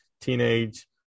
teenage